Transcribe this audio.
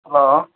hello